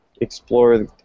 explore